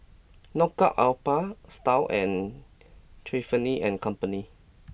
Knockout Alpha Style and Tiffany and Company